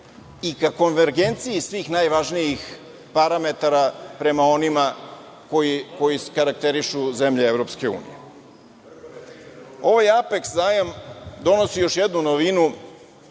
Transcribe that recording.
i ka konvergenciji svih najvažnijih parametara prema onima koji karakterišu zemlje EU.Ovaj Apeks zajam donosi još jednu novinu,